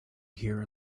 here